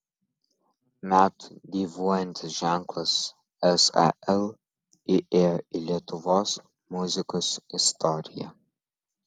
metų gyvuojantis ženklas sel įėjo į lietuvos muzikos istoriją